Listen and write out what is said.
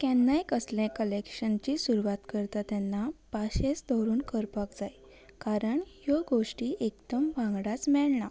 केन्नाय कसलें कलेक्शनची सुरवात करता तेन्ना पासयेंशच दवरून करपाक जाय कारण ह्यो गोश्टी एकदम वांगडाच मेळना